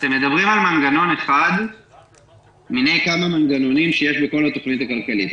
אתם מדברים על מנגנון אחד מיני כמה מנגנונים שיש בכל התוכנית הכלכלית.